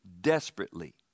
desperately